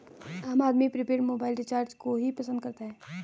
आम आदमी prepaid mobile recharge को ही पसंद करता है